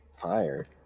Fire